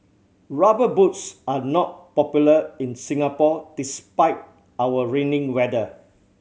Rubber Boots are not popular in Singapore despite our rainy weather